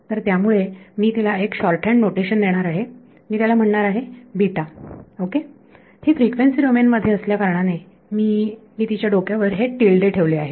तर त्यामुळे मी तिला एक शॉर्टहँड नोटेशन देणार आहे मी त्याला म्हणणार आहे ओके हि फ्रिक्वेन्सी डोमेन मध्ये असल्याकारणाने मी मी तिच्या डोक्यावर हे टिल्डे ठेवले आहे